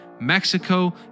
Mexico